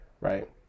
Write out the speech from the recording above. right